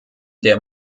der